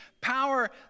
power